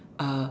uh